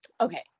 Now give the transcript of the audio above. okay